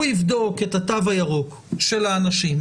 הוא יבדוק את התו הירוק של האנשים,